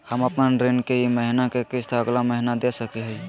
हम अपन ऋण के ई महीना के किस्त अगला महीना दे सकी हियई?